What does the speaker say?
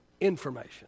information